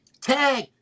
Tag